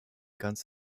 ganz